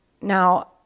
Now